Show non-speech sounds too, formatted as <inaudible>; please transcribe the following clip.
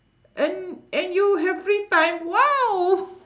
and and you have free time !wow! <laughs>